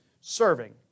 serving